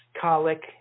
colic